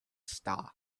star